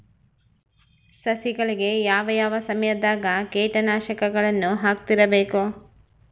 ಸಸಿಗಳಿಗೆ ಯಾವ ಯಾವ ಸಮಯದಾಗ ಕೇಟನಾಶಕಗಳನ್ನು ಹಾಕ್ತಿರಬೇಕು?